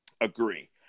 Agree